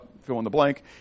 fill-in-the-blank